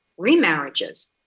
remarriages